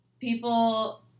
people